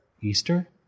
Easter